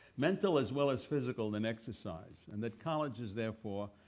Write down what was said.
mental as well as physical, than exercise, and that colleges, therefore,